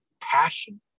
passion